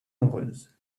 nombreuses